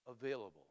available